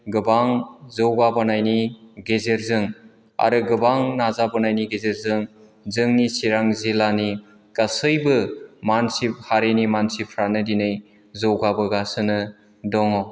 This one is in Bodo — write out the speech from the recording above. गोबां जौगाबोनायनि गेजेरजों आरो गोबां नाजाबोनायनि गेजेरजों जोंनि चिरां जिल्लानि गासैबो मानसि फारिनि मानसिफ्रानो दिनै जौगाबोगासिनो दङ